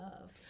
love